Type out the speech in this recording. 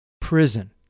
prison